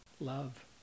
love